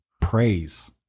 praise